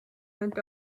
went